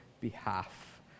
behalf